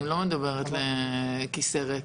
אני לא מדברת לכיסא ריק.